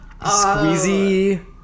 Squeezy